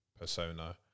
persona